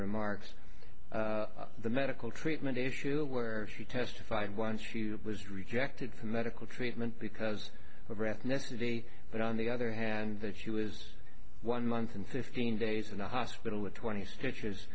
remarks the medical treatment issue where she testified once she was rejected for medical treatment because of ethnicity but on the other hand that she was one month and fifteen days in the hospital and twenty stitches